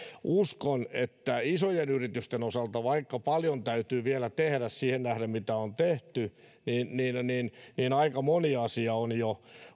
uskon että isojen yritysten osalta vaikka paljon täytyy vielä tehdä siihen nähden mitä on tehty aika moni asia on jo